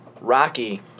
Rocky